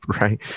Right